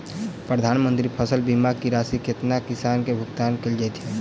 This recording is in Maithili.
प्रधानमंत्री फसल बीमा की राशि केतना किसान केँ भुगतान केल जाइत है?